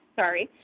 sorry